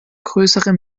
größere